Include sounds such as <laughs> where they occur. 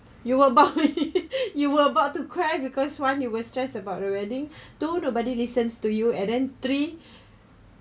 you were about <laughs> you were about to cry because one you were stress about the wedding <breath> two nobody listens to you and then three <breath>